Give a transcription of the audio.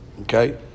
Okay